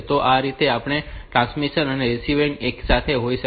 તો આ રીતે આપણી પાસે ટ્રાન્સમિશન અને રીસીવિંગ એકસાથે હોઈ શકે છે